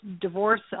divorce